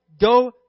go